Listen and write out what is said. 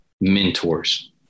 mentors